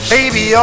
Baby